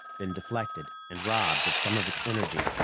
been deflected and robbed of some of its energy,